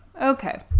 Okay